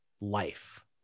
life